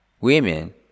Women